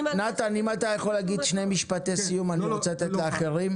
אם אתה יכול לומר שני משפטי סיום כי אני רוצה לאפשר לאחרים.